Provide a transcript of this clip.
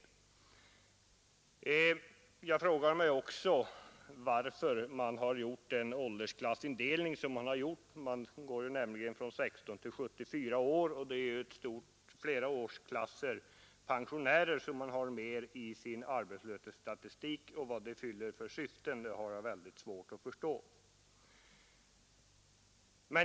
Jag frågar mig också varför man har gjort den åldersklassindelning som gäller, nämligen från 16 till 74 år. På det viset har man flera årsklasser pensionärer med i arbetslöshetsstatistiken och vad det fyller för syften har jag svårt att förstå.